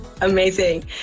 amazing